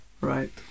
Right